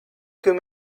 give